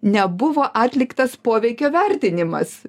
nebuvo atliktas poveikio vertinimas